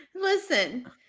Listen